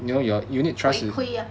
会亏 ah